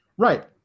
Right